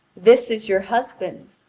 this is your husband,